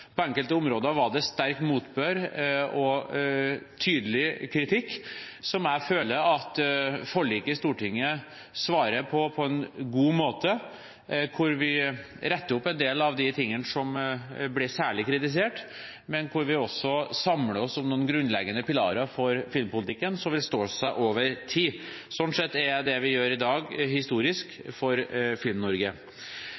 På enkelte områder var det sterk motbør og tydelig kritikk, som jeg føler at forliket i Stortinget svarer på på en god måte. Vi retter opp en del av de tingene som ble særlig kritisert, men vi samler oss også om noen grunnleggende pilarer for filmpolitikken som vil stå seg over tid. Sånn sett er det vi gjør i dag, historisk for